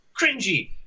cringy